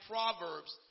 Proverbs